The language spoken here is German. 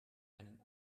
einen